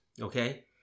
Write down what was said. okay